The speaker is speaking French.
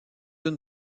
une